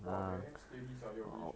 !wah! damn steady sia the relationship